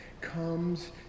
comes